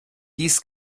dies